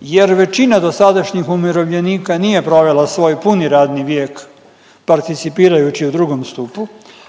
jer većina dosadašnjih umirovljenika nije provela svoj puni radni vijek participirajući u drugom stupu.